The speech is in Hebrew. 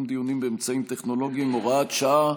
דיונים באמצעים טכנולוגיים (הוראת שעה,